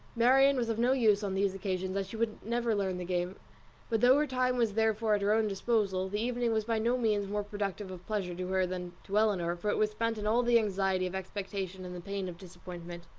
marianne was of no use on these occasions, as she would never learn the game but though her time was therefore at her own disposal, the evening was by no means more productive of pleasure to her than to elinor, for it was spent in all the anxiety of expectation and the pain of disappointment.